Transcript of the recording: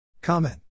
Comment